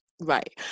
Right